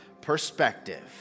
perspective